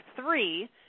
three